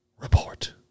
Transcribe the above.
Report